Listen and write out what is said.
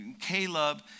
Caleb